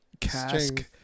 Cask